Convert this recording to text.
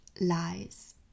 lies